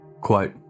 Quote